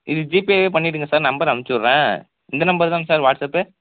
இது ஜிபேவே பண்ணிவிடுங்க சார் நம்பர் அமுச்சு விடுறேன் இந்த நம்பர் தாங்க சார் வாட்ஸ்அப்பு